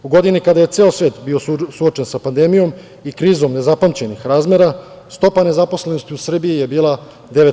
U godini kada je ceo svet bio suočen sa pandemijom i krizom nezapamćenih razmera stopa nezaposlenost u Srbiji je bila 9%